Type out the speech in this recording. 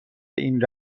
این